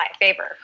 favor